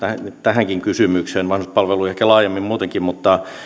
tähänkin kysymykseen vanhuspalveluihin ehkä laajemmin muutenkin